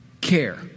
care